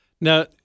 Now